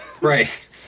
Right